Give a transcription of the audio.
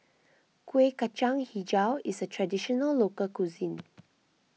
Kuih Kacang HiJau is a Traditional Local Cuisine